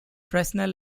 fresnel